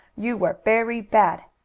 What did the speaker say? you were very bad.